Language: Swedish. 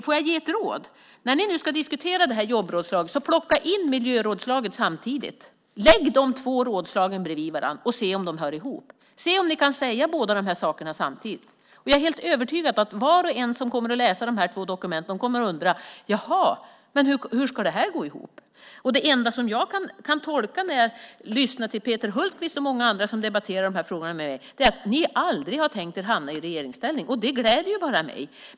Får jag ge ett råd? När ni nu ska diskutera jobbrådslaget - plocka då in miljörådslaget samtidigt! Lägg de två rådslagen bredvid varandra och se om de hör ihop! Se om ni kan säga båda de här sakerna samtidigt! Jag är helt övertygad om att var och en som läser de här två dokumenten kommer att undra hur det ska gå ihop. Det enda jag kan tolka det som när jag lyssnar till Peter Hultqvist och många andra som debatterar de här frågorna med mig är att ni aldrig har tänkt er att hamna i regeringsställning. Det gläder mig.